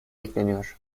bekleniyor